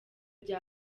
bya